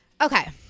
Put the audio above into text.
Okay